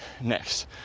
next